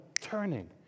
turning